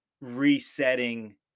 resetting